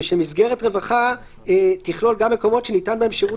ושמסגרת רווחה תכלול גם מקומות שניתן בהם שירות